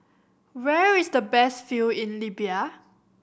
where is the best view in Libya